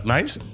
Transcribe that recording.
Nice